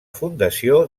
fundació